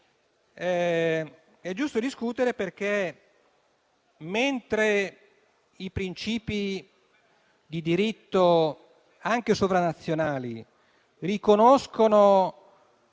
è giusto discutere perché, mentre i principi di diritto anche sovranazionali riconoscono